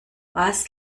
was